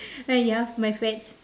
ah ya my fats